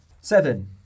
Seven